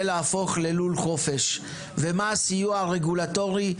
להפוך ללול חופש; מה הסיוע הרגולטורי,